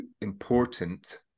important